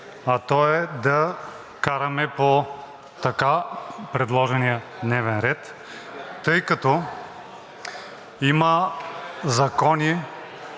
а то е да караме по така предложения дневен ред, тъй като има закони,